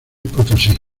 potosí